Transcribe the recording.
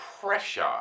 pressure